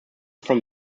from